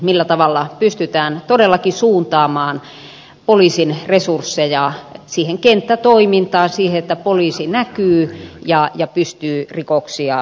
millä tavalla pystytään todellakin suuntaamaan poliisin resursseja siihen kenttätoimintaan siihen että poliisi näkyy ja pystyy rikoksia selvittämään